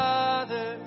Father